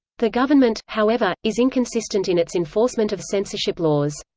the government, however, is inconsistent in its enforcement of censorship laws.